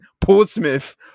Portsmouth